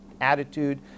attitude